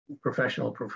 professional